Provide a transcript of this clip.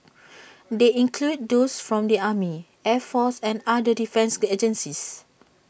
they include those from the army air force and other defence agencies